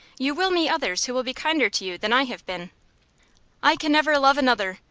you will meet others who will be kinder to you than i have been i can never love another.